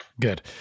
Good